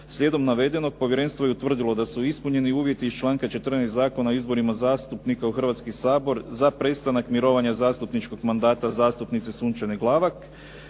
Slijedom navedenog povjerenstvo je utvrdilo da su ispunjeni uvjeti iz članka 14. Zakona o izborima zastupnika u Hrvatski sabor za prestanak mirovanja zastupničkog mandata zastupnice Sunčane Glavak.